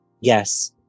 Yes